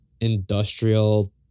industrial